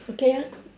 okay ah